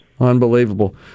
Unbelievable